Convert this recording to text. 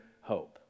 hope